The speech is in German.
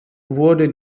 wurde